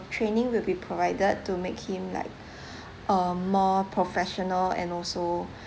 training will be provided to make him like uh more professional and also